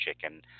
chicken